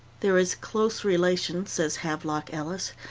there is close relation, says havelock ellis,